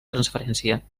transferència